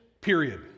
period